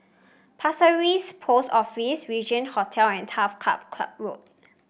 Pasir Ris Post Office Regin Hotel and Turf Club Club Road